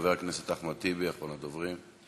חבר הכנסת אחמד טיבי, אחרון הדוברים.